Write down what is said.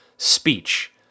speech